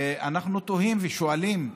ואנחנו תוהים ושואלים: